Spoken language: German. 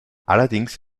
allerdings